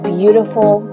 beautiful